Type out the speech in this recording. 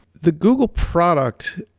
the google product,